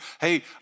Hey